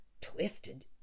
twisted